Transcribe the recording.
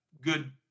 good